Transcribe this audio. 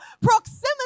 Proximity